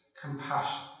compassion